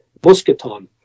musketon